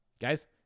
Guys